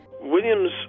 Williams